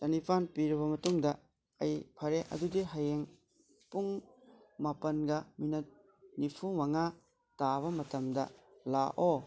ꯆꯥꯅꯤꯄꯥꯜ ꯄꯤꯔꯕ ꯃꯇꯨꯡꯗ ꯑꯩ ꯐꯔꯦ ꯑꯗꯨꯗꯤ ꯍꯌꯦꯡ ꯄꯨꯡ ꯃꯥꯄꯜꯒ ꯃꯤꯅꯠ ꯅꯤꯐꯨꯃꯉꯥ ꯇꯥꯕ ꯃꯇꯝꯗ ꯂꯥꯛꯑꯣ